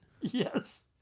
Yes